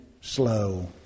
slow